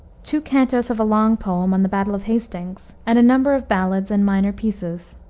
two cantos of a long poem on the battle of hastings, and a number of ballads and minor pieces.